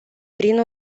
prin